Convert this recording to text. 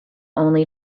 only